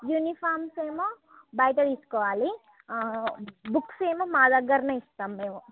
uniforms ఏమో బయట తీసుకోవాలి బుక్సు ఏమో మా దగ్గరనే ఇస్తాం మేము